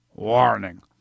Warning